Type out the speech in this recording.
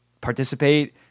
participate